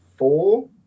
Four